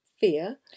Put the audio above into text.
fear